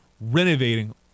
renovating